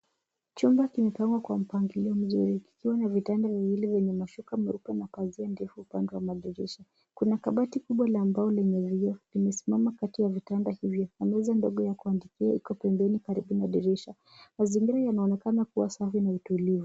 Chumba kimepangwa kwa mpangilio mzuri kikiwa na vitanda viwili vyenye mashuka meupe na pazia ndefu upande wa madirisha. Kuna kabati kubwa la mbao lenye vioo, limesimama kati ya vitanda hivyo na meza ndogo ya kuandikia iko pembeni karibu na dirisha. Mazingira yanaonekana kuwa safi na tulivu.